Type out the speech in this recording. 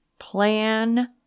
Plan